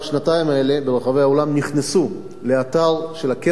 האלה ברחבי העולם נכנסו לאתר של הקרן הזאת,